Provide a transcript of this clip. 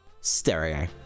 Stereo